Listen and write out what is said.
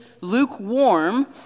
lukewarm